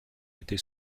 était